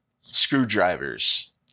screwdrivers